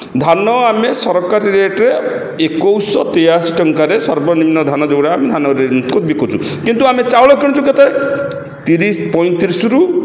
ଧାନ ଆମର ସରକାରୀ ରେଟ୍ରେ ଏକୋଇଶ ଶହ ତେଇୟାଅଶୀ ଟଙ୍କାରେ ସର୍ବନିମ୍ନ ଯେଉଁଟା ଧାନ ରେଟ୍କୁ ବିକୁଛୁ କିନ୍ତୁ ଆମେ ଚାଉଳ କିଣୁଛୁ କେତେରେ ତିରିଶ ପଇଁତିରିଶରୁ